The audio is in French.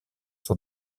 sont